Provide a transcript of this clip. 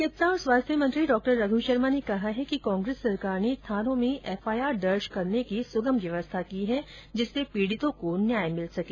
चिकित्सा और ं स्वास्थ्य मंत्री डॉ रघु शर्मा ने कहा है कि कांग्रेस सरकार ने थानों में एफआईआर दर्ज करने की सुगम व्यवस्था की है जिससे पीडितों को न्याय मिल सके